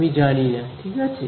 আমি জানিনা ঠিক আছে